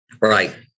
Right